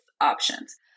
options